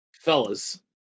Fellas